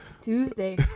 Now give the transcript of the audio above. Tuesday